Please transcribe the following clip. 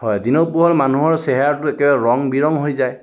হয় দিনৰ পোহৰত মানুহৰ চেহেৰাটো একে ৰং বিৰং হৈ যায়